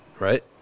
right